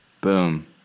Boom